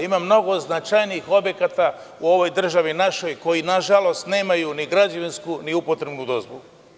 Ima mnogo značajnijih objekata u ovoj državi našoj koji, nažalost, nemaju ni građevinsku, ni upotrebnu dozvolu.